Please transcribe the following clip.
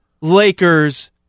Lakers